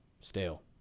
stale